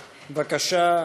בבקשה,